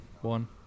one